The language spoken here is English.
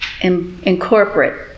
incorporate